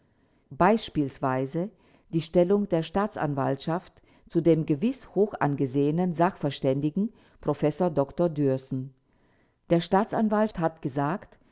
beispielsweise die stellung der staatsanwaltschaft zu dem gewiß hochangesehenen sachverständigen professor dr dührßen der staatsanwalt hat gesagt